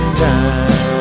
time